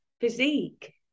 physique